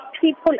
people